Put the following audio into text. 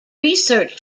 research